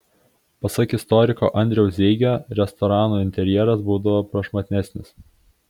pasak istoriko andriaus zeigio restoranų interjeras būdavo prašmatnesnis